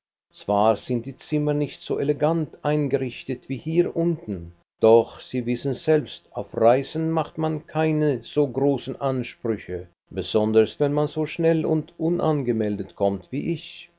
zwar sind die zimmer nicht so elegant eingerichtet wie hier unten doch sie wissen selbst auf reisen macht man keine so großen ansprüche besonders wenn man so schnell und unangemeldet kommt wie ich